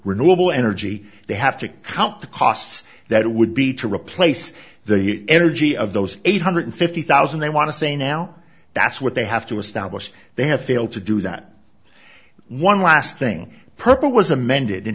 renewable energy they have to count the costs that would be to replace the energy of those eight hundred fifty thousand they want to say now that's what they have to establish they have failed to do that one last thing purple was amended in